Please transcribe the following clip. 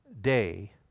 day